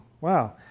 wow